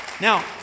Now